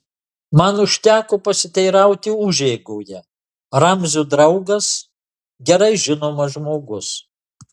man užteko pasiteirauti užeigoje ramzio draugas gerai žinomas žmogus